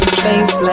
space